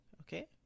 okay